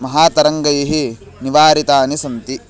महातरङ्गैः निवारितानि सन्ति